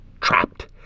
Trapped